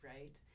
right